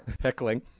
Heckling